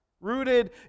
rooted